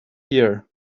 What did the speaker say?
here